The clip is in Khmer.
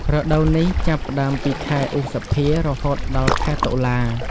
រដូវនេះចាប់ផ្តើមពី ខែឧសភា រហូតដល់ខែតុលា។